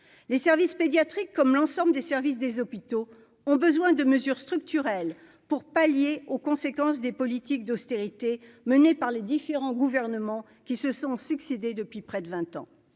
les services pédiatriques, comme l'ensemble des services des hôpitaux ont besoin de mesures structurelles pour pallier aux conséquences des politiques d'austérité menées par les différents gouvernements qui se sont succédé depuis près de 20 ans,